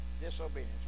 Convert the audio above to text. disobedience